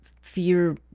fear